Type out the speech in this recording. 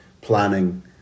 planning